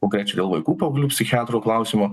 konkrečiai dėl vaikų paauglių psichiatro klausimo